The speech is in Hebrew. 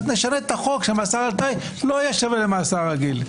אז נשנה את החוק שמאסר על תנאי לא יהיה שווה למאסר רגיל.